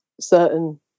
certain